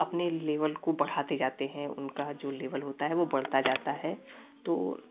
अपने लेवल को बढ़ते जाते हैं उनका जो लेवल होता है वो बढ़ता जाता है तो